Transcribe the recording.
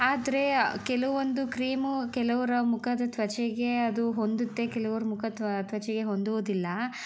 ಆದರೆ ಕೆಲವೊಂದು ಕ್ರೀಮು ಕೆಲವರ ಮುಖದ ತ್ವಚೆಗೆ ಅದು ಹೊಂದುತ್ತೆ ಕೆಲವರ ಮುಖ ತ್ವ ತ್ವಚೆಗೆ ಹೊಂದೋದಿಲ್ಲ